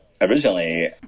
originally